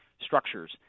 structures